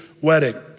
wedding